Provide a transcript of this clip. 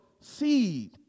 seed